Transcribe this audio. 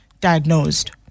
diagnosed